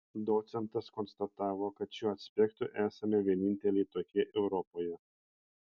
docentas konstatavo kad šiuo aspektu esame vieninteliai tokie europoje